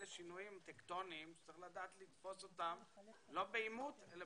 אלה שינויים טקטוניים שצריך לדעת לתפוס אותם לא בעימות אלא